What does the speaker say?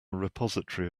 repository